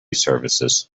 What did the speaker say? services